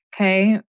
Okay